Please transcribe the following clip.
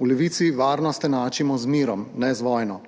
V Levici varnost enačimo z mirom, ne z vojno.